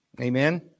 amen